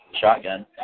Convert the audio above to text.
shotgun